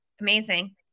Amazing